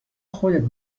خودت